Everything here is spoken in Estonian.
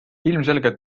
ilmselgelt